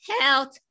health